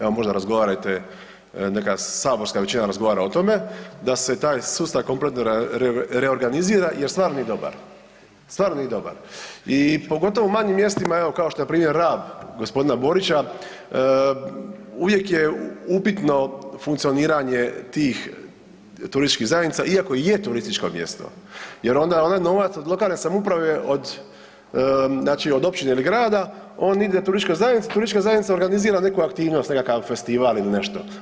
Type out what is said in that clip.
Evo, možda razgovarajte, neka saborska većina razgovara o tome da se taj sustav kompletno reorganizira jer stvarno nije dobar, stvarno nije dobar i pogotovo u manjim mjestima, evo, kao što je npr. Rab g. Borića, uvijek je upitno funkcioniranje tih turističkih zajednica, iako i je turističko mjesto jer onda onaj novac od lokalne samouprave od, znači od općine ili grada, on ide turističkoj zajednici, turistička zajednica organizira neku aktivnost, nekakav festival ili nešto.